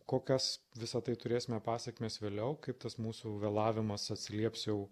kokias visa tai turėsime pasėkmes vėliau kaip tas mūsų vėlavimas atsilieps jau